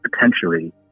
potentially